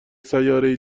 سیارهای